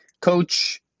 Coach